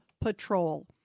patrol